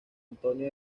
antonio